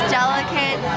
delicate